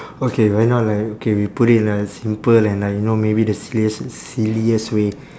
okay why not like okay we put it in like a simple and like you know maybe the silliest silliest way